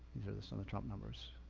some of trump numbers.